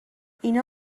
اینا